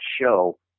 show